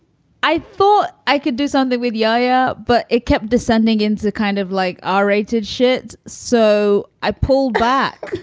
i thought i could do something with the idea. ah but it kept descending into the kind of like ah r-rated shit. so i pulled back.